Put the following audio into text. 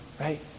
Right